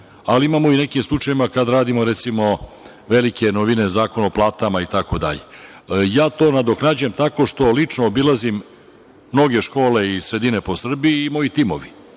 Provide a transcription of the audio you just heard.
Ali imamo i u nekim slučajevima kada radimo recimo velike novine Zakona o platama itd. Ja to nadoknađujem tako što lično obilazim mnoge škole i sredine po Srbiji i moji timovi.